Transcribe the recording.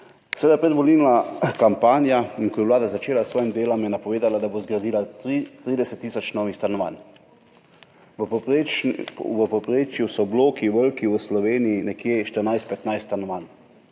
Seveda, predvolilna kampanja. In ko je Vlada začela s svojim delom, je napovedala, da bo zgradila 300 tisoč novih stanovanj v povprečju. V povprečju so bloki veliki v Sloveniji nekje 14, 15 stanovanj,